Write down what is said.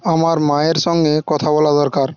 আমার মায়ের সঙ্গে কথা বলা দরকার